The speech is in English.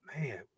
man